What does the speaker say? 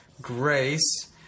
grace